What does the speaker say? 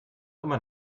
immer